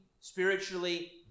spiritually